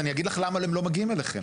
אז אני אגיד לך למה הם לא מגיעים אליכם.